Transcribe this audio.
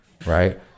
Right